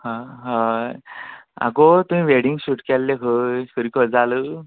आं हय आगो तुवें वॅडिंग शूट केल्लें खंय